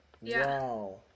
Wow